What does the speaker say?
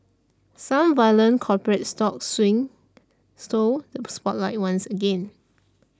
some violent corporate stock swings stole the spotlight once again